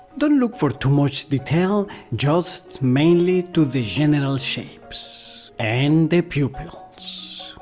don't look for too much detail just mainly to the general shapes. and the pupils.